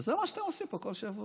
וזה מה שאתם עושים פה כל שבוע.